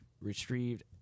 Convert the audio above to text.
retrieved